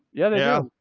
yeah, yeah.